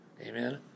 Amen